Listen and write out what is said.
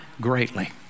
greatly